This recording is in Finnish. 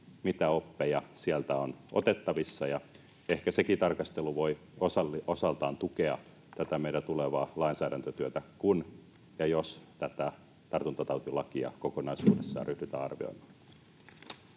mitä oppeja sieltä on otettavissa. Ehkä sekin tarkastelu voi osaltaan tukea tätä meidän tulevaa lainsäädäntötyötä, kun ja jos tätä tartuntatautilakia kokonaisuudessaan ryhdytään arvioimaan.